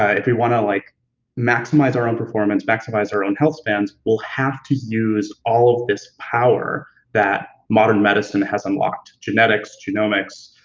ah if we wanna like maximize our own performance, maximize our own health spans, we'll have to use all of this power that modern medicine has unlocked, genetics, genomics,